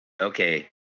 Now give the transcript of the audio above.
okay